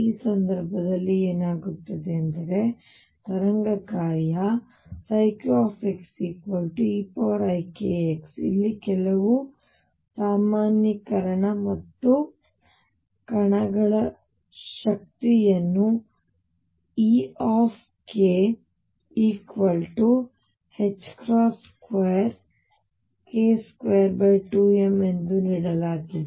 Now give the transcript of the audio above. ಈ ಸಂದರ್ಭದಲ್ಲಿ ಏನಾಗುತ್ತದೆ ಎಂದರೆ ತರಂಗ ಕಾರ್ಯkxeikx ಇಲ್ಲಿ ಕೆಲವು ಸಾಮಾನ್ಯೀಕರಣ ಮತ್ತು ಕಣಗಳ ಶಕ್ತಿಯನ್ನು E 2k22m ಎಂದು ನೀಡಲಾಗಿದೆ